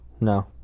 No